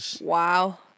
Wow